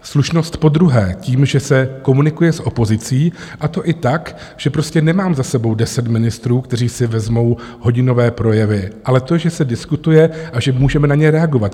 Slušnost podruhé tím, že se komunikuje s opozicí, a to i tak, že prostě nemám za sebou deset ministrů, kteří si vezmou hodinové projevy, ale to, že se diskutuje a že můžeme na ně reagovat.